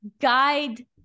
guide